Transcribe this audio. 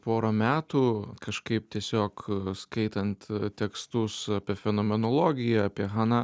porą metų kažkaip tiesiog skaitant tekstus apie fenomenologiją apie haną